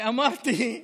ואמרתי,